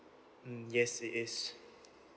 mm yes it is